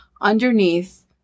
underneath